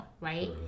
right